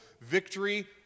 Victory